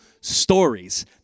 stories